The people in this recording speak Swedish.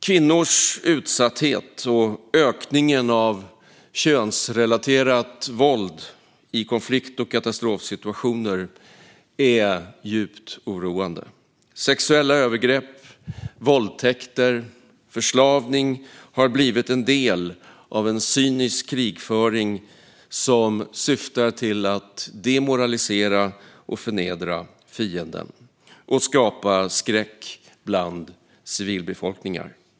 Kvinnors utsatthet och ökningen av könsrelaterat våld i konflikt och katastrofsituationer är djupt oroande. Sexuella övergrepp, våldtäkter och förslavning har blivit en del av en cynisk krigföring som syftar till att demoralisera och förnedra fienden och skapa skräck bland civilbefolkningar.